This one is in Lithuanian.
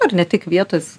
ar ne tik vietos